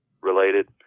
related